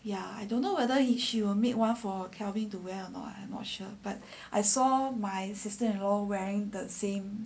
ya I don't know whether she will make one for kelvin to wear or not I am not sure but I saw my sister in law all wearing the same